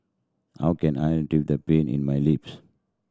how can I the pain in my lips